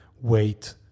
wait